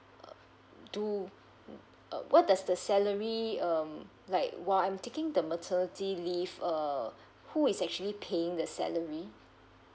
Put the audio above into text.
uh do err what does the salary um like while I'm taking the maternity leave um who is actually paying the salary